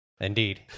Indeed